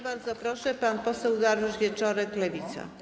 Bardzo proszę, pan poseł Dariusz Wieczorek, Lewica.